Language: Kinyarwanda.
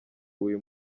uyu